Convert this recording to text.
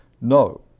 no